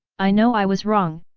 i know i was wrong,